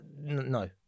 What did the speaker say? no